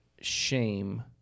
shame